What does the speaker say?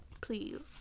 please